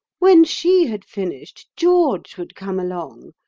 when she had finished, george would come along,